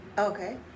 Okay